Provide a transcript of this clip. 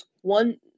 one